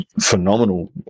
Phenomenal